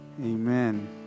Amen